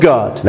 God